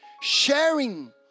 sharing